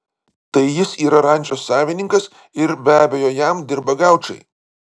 tai jis yra rančos savininkas ir be abejo jam dirba gaučai